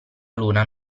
luna